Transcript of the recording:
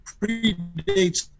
predates